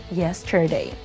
yesterday